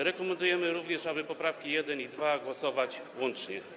Rekomendujemy również, aby nad poprawkami 1. i 2. głosować łącznie.